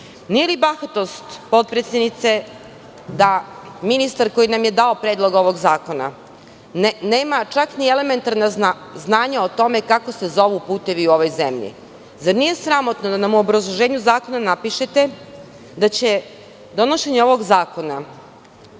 li bahatost, potpredsednice, da ministar koji nam je dao Predlog zakona nema čak ni elementarna znanja o tome kako se zovu putevi u ovoj zemlji. Zar nije sramotno da nam u obrazloženju zakona napišete da će donošenje ovog zakona